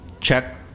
Check